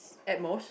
at most